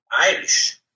Irish